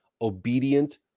obedient